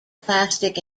plastic